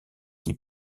qui